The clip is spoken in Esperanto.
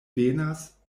venas